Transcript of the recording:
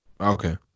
Okay